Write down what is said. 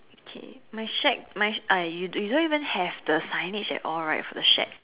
K my shack my I you you don't even have the signage at all right for the shack